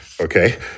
okay